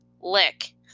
Lick